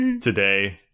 today